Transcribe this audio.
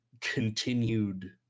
continued